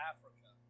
Africa